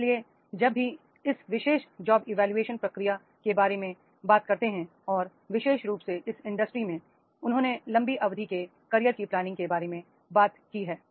लेकिन जब हम इस विशेष जॉब इवोल्यूशन प्रक्रिया के बारे में बात करते हैं और विशेष रूप से इस इंडस्ट्री में उन्होंने लंबी अवधि के कैरियर की प्ला निंग के बारे में बात की है